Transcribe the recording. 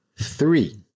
Three